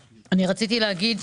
הרכש.